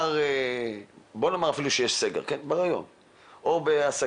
אם יש סגר, הוא לא מדבק